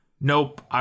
nope